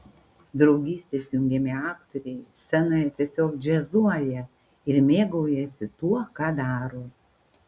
draugystės jungiami aktoriai scenoje tiesiog džiazuoja ir mėgaujasi tuo ką daro